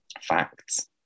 facts